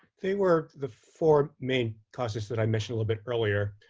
they were the four main causes that i mentioned a bit earlier,